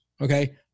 okay